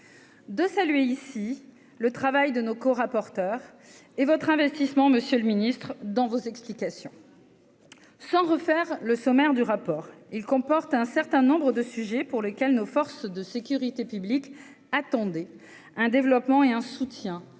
de saluer ici le travail de nos co-rapporteur et votre investissement Monsieur le Ministre, dans vos explications. Sans refaire le sommaire du rapport, il comporte un certain nombre de sujets pour lesquels nos forces de sécurité publique, attendez un développement et un soutien